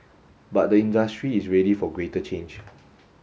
but the industry is ready for greater change